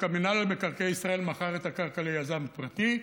מינהל מקרקעי ישראל מכר את הקרקע ליזם פרטי,